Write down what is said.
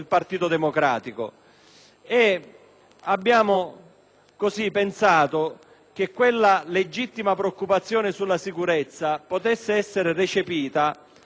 Abbiamo pensato che quella legittima preoccupazione sulla sicurezza potesse essere recepita, prevedendo